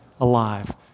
alive